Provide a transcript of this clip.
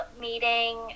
meeting